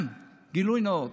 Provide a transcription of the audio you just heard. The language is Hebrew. גילוי נאות: